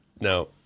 no